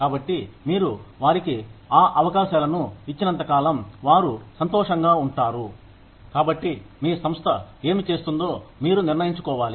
కాబట్టి మీరు వారికి ఆ అవకాశాలను ఇచ్చినంత కాలం వారు సంతోషంగా ఉంటారు కాబట్టి మీ సంస్థ ఏమి చేస్తుందో మీరు నిర్ణయించుకోవాలి